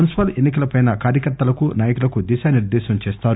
municipal ఎన్సి కలపై కార్యకర్తలకు నాయకులకు దిశానిర్దేశం చేస్తారు